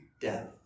death